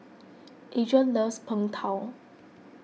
Adrain loves Png Tao